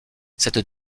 cette